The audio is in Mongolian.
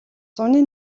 зуны